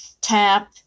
tap